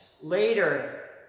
later